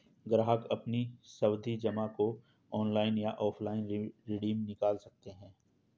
ग्राहक अपनी सावधि जमा को ऑनलाइन या ऑफलाइन रिडीम निकाल सकते है